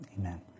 Amen